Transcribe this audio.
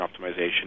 optimization